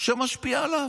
שמשפיע עליו,